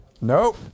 Nope